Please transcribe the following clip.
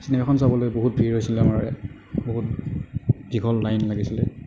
চিনেমাখন চাবলৈ বহুত ভিৰ হৈছিলে আমাৰ বহুত দীঘল লাইন লাগিছিলে